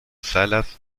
salas